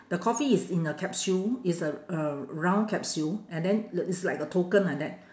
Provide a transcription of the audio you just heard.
the coffee is in a capsule it's a a round capsule and then uh it's like a token like that